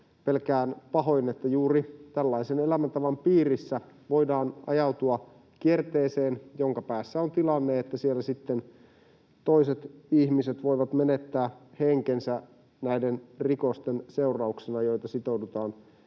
Pelkään pahoin, että juuri tällaisen elämäntavan piirissä voidaan ajautua kierteeseen, jonka päässä on tilanne, että toiset ihmiset voivat menettää henkensä näiden rikosten seurauksena, joita sitoudutaan